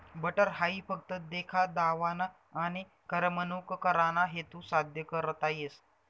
butter हाई फक्त देखा दावाना आनी करमणूक कराना हेतू साद्य करता येस